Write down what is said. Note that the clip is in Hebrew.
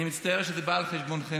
אני מצטער שזה בא על חשבונכם.